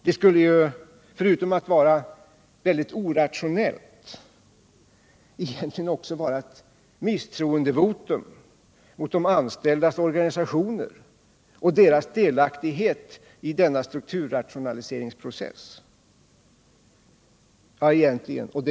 Detta skulle — förutom att vara mycket orationellt — egentligen också vara ett misstroendevotum mot de anställdas organisationer och deras delaktighet i denna strukturrationaliseringsprocess.